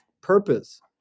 purpose